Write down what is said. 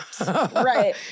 Right